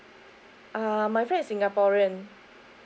err my friend is singaporean